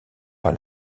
par